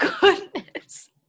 goodness